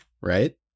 right